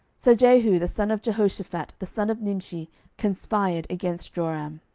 so jehu the son of jehoshaphat the son of nimshi conspired against joram.